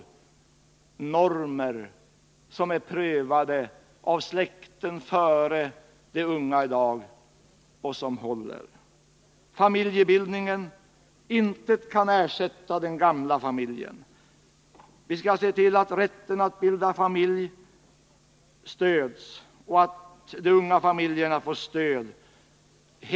Rätten till normer som är prövade av tidigare släkten och som håller. När det gäller familjebildningen: intet kan ersätta den gamla familjen. Rätten att bilda familj måste stödjas och de unga familjerna måste få stöd.